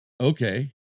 okay